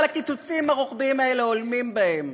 אבל הקיצוצים הרוחביים האלה הולמים בהם.